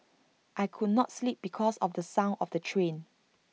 I could not sleep because of the son of the train